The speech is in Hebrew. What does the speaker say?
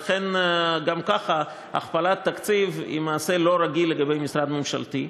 לכן גם ככה הכפלת תקציב היא מעשה לא-רגיל לגבי משרד ממשלתי,